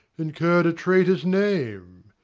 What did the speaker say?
incurr'd a traitor's name,